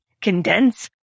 condense